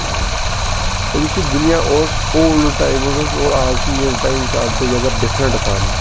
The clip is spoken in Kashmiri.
یِوان اور یُس یہِ دُنیا اوس اولڈٕ ٹایمٕز ٲسۍ او آز چھِ نِو ٹایم چھُ آلٹُگٮ۪دَر ڈِفرَنٛٹ پانہٕ ؤنۍ